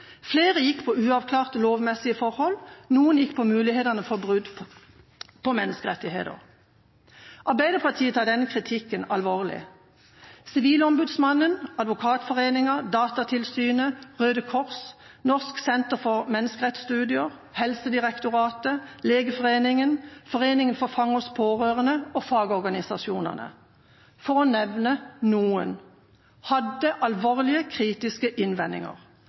Flere gikk på uavklarte lovmessige forhold, og noen gikk på mulighetene for brudd på menneskerettigheter. Arbeiderpartiet tar denne kritikken alvorlig. Sivilombudsmannen, Advokatforeningen, Datatilsynet, Røde Kors, Norsk senter for menneskerettigheter, Helsedirektoratet, Legeforeningen, foreningen For Fangers Pårørende og fagorganisasjonene, for å nevne noen, hadde alvorlige, kritiske innvendinger.